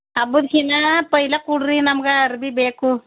ಹಬ್ಬಕಿನ್ನ ಪಯ್ಲೆ ಕೊಡಿರಿ ನಮಗೆ ಅರಬಿ ಬೇಕು